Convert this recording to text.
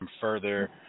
further